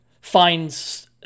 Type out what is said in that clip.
finds